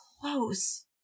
close